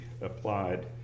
applied